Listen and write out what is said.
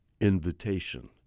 Invitation